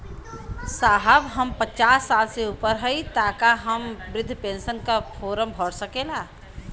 साहब हम पचास साल से ऊपर हई ताका हम बृध पेंसन का फोरम भर सकेला?